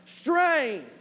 strange